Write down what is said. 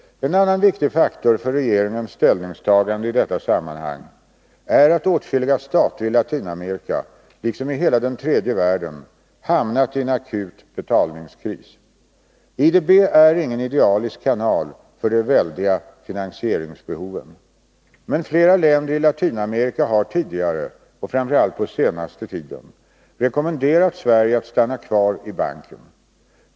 En annan viktig faktor för regeringens ställningstagande i detta sammanhang är att åtskilliga stater i Latinamerika liksom i hela den tredje världen hamnat i en akut betalningskris. IDB är ingen idealisk kanal för de väldiga finansieringsbehoven. Men flera länder i Latinamerika har tidigare och 63 framför allt på senaste tiden rekommenderat Sverige att stanna kvar i banken.